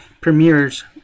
premieres